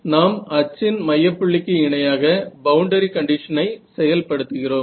நாம் அச்சின் மையப்புள்ளிக்கு இணையாக பவுண்டரி கண்டிஷன் ஐ செயல்படுத்துகிறோம்